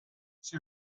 she